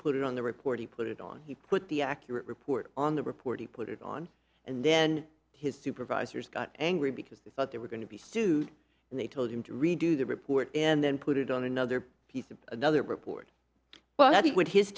put it on the report he put it on he put the accurate report on the report he put it on and then his supervisors got angry because they thought they were going to be sued and they told him to redo the report and then put it on another piece of the other report well that he would his